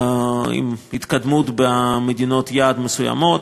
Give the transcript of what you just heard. עם התקדמות במדינות יעד מסוימות.